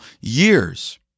years